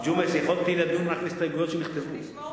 ג'ומס, יכולתי לדון רק בהסתייגויות שנכתבו.